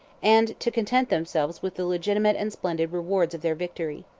and to content themselves with the legitimate and splendid rewards of their victory.